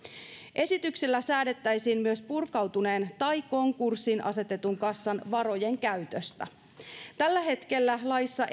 esityksellä säädettäisiin myös purkautuneen tai konkurssiin asetetun kassan varojen käytöstä tällä hetkellä laissa